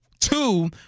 Two